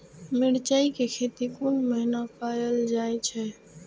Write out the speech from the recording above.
मिरचाय के खेती कोन महीना कायल जाय छै?